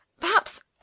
Perhaps